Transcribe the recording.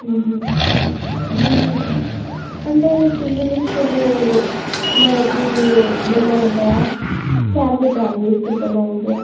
అంటే సింగల్ తీసుకుంటే మనకు బెటర్ ఉంటుందా ఫ్యామిలీ ప్యాక్ తీసుకుంటే బాగుంటుందా